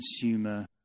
consumer